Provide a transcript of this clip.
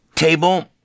table